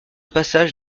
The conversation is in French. passage